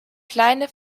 kleine